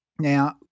Now